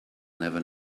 never